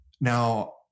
Now